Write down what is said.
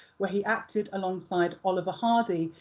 where he acted alongside oliver hardy,